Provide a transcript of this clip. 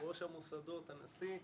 ראש המוסדות, הנשיא,